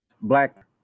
Black